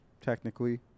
technically